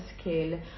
scale